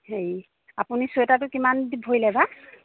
হেৰি আপুনি চুৱেটাৰটো কিমান ভৰিলেবা